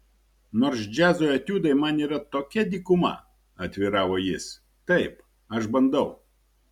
nors džiazo etiudai man yra tokia dykuma atviravo jis taip aš bandau